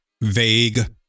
vague